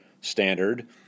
standard